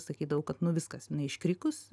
sakydavau kad nu viskas jinai iškrikus